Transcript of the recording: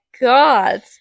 god